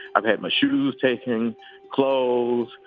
i've had my shoes, taken clothes,